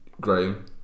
Graham